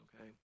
okay